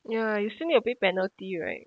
ya you shouldn't you'll pay penalty right